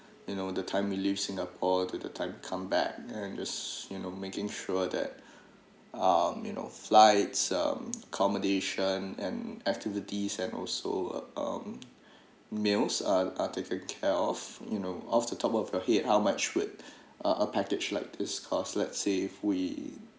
you know the time we leave singapore to the time come back and just you know making sure that um you know flights um accommodation and activities and also um meals are are taken care of you know off the top of your head how much would a a package like this cost let say if we